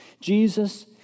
Jesus